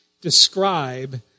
describe